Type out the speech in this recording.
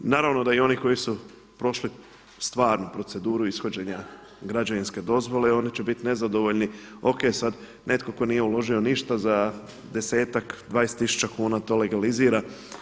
Naravno da i oni koji su prošli stvarnu proceduru ishođenja građevinske dozvole oni će biti nezadovoljni, ok sad netko tko nije uložio ništa za desetak, dvadesetak tisuća kuna to legalizira.